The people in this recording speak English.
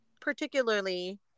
particularly